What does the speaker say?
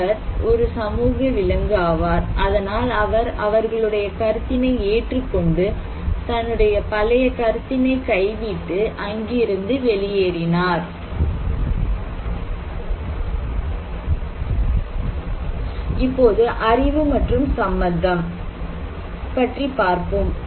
அவர் ஒரு சமூக விலங்கு ஆவார் அதனால் அவர் அவர்களுடைய கருத்தினை ஏற்றுக் கொண்டு தன்னுடைய பழைய கருத்தினை கைவிட்டு அங்கிருந்து வெளியேறினார் இப்போது அறிவு மற்றும் சம்மதம் knowledge consent பற்றி பார்ப்போம்